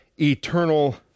eternal